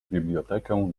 bibliotekę